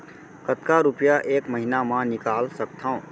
कतका रुपिया एक महीना म निकाल सकथव?